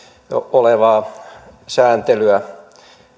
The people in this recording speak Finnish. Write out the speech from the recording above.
olevaa sääntelyä